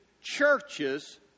churches